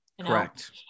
Correct